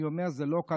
אני אומר "זה לא קל",